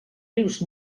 rius